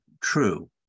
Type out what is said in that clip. true